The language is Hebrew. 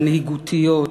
המנהיגותיות.